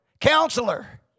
Counselor